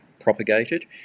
propagated